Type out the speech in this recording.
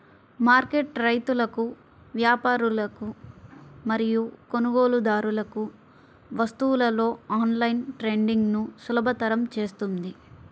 market రైతులకు, వ్యాపారులకు మరియు కొనుగోలుదారులకు వస్తువులలో ఆన్లైన్ ట్రేడింగ్ను సులభతరం చేస్తుంది